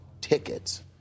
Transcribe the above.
tickets